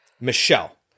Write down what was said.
Michelle